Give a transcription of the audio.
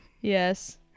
Yes